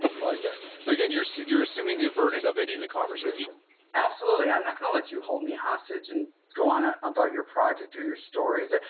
i like that. so again, you're so assuming the burden of ending the conversation absolutely. i'm not going to let you hold me hostage and go on ah about your project or your stories. ah